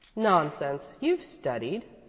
nonsense! you've studied,